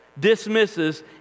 dismisses